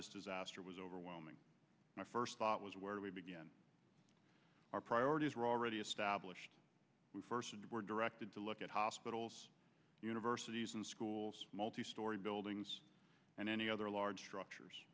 this disaster was overwhelming my first thought was where do we begin our priorities were already established we first were directed to look at hospitals universities and schools multi story buildings and any other large structures